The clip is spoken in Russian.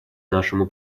нашему